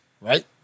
right